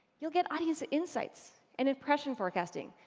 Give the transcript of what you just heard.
you'll get audience insights and impression forecasting,